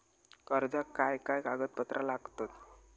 कर्जाक काय काय कागदपत्रा लागतत?